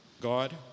God